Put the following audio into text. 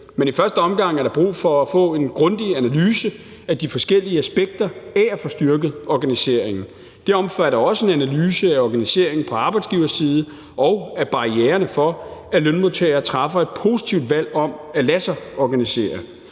Men i første omgang er der brug for at få en grundig analyse af de forskellige aspekter af at få styrket organiseringen. Det omfatter også en analyse af organiseringen på arbejdsgiverside og af barriererne for, at lønmodtagere træffer et positivt valg om at lade sig organisere.